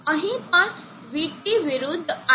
અહીં પણ vT વિરુદ્ધ iB